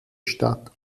stadt